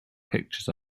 pictures